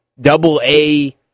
double-A